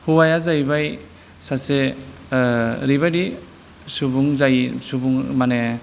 हौवाया जाहैबाय सासे ओरैबायदि सुबुं जायो सुबुं माने